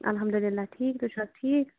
الحمدللہ ٹھیٖک تُہۍ چھِو حظ ٹھیٖک